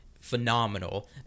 phenomenal